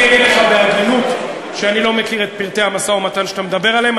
אני אגיד לך בהגינות שאני לא מכיר את פרטי המשא-ומתן שאתה מדבר עליו.